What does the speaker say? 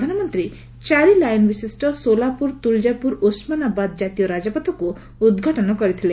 ପ୍ରଧାନମନ୍ତ୍ରୀ ଚାରି ଲାଇନ ବିଶିଷ୍ଟ ସୋଲାପୁର ତୁଲଜାପୁର ଓସ୍ମାନାବାଦ୍ କାତୀୟ ରାଜପଥକୁ ଉଦ୍ଘାଟନ କରିଥିଲେ